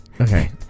Okay